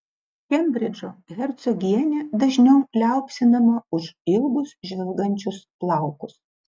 kembridžo hercogienė dažniau liaupsinama už ilgus žvilgančius plaukus